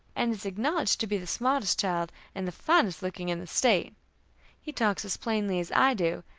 and is acknowledged to be the smartest child and the finest looking in the state he talks as plainly as i do,